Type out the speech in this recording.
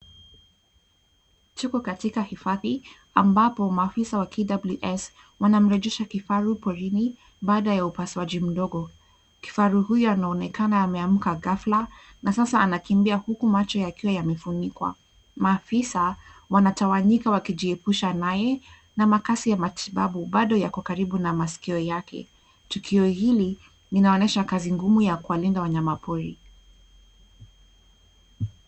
Tuko katika hifadhi ,ambapo maafisa wa KWS wanamrejesha kifaru porini baada ya upasuaji mdogo. Kifaru huyo anaonekana ameamka ghafla na sasa anakimbia huku macho yakiwa yamefunikwa. Maafisa wanatawanyika wakijiepusha naye na makasi ya matibabu, bado yako karibu na maskio yake. Tukio hili, linaonesha kazi ngumu ya kuwalinda wanyamapori.